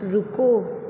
रुको